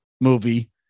movie